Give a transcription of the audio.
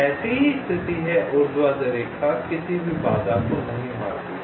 ऐसी ही स्थिति है ऊर्ध्वाधर रेखा किसी भी बाधा को नहीं मारती है